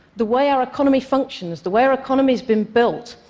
the way our economy functions, the way our economy's been built,